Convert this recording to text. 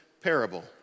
parable